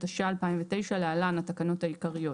התש"ע-2009 (להלן - התקנות העיקריות),